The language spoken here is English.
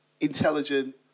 intelligent